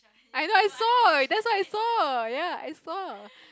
I know I saw that's why I saw ya I saw